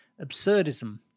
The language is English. absurdism